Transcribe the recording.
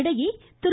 இதனிடையே திரு